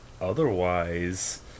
Otherwise